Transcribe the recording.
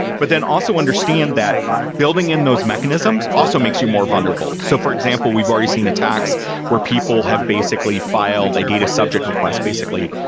but then also understand that building in those mechanisms also makes you more vulnerable. so for example, we've already seen attacks where people have basically filed a data subject request, basically,